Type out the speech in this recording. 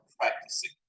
practicing